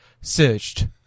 searched